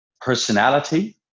personality